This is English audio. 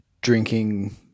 drinking